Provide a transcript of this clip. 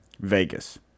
Vegas